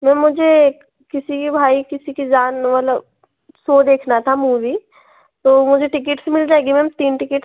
ma'am मुझे किसी की भाई किसी की जान वाला सो देखना था मूवी तो मुझे टिकेट्स मिल जाएगी मैम तीन टिकेट्स